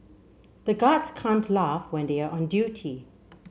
the guards can't laugh when they are on duty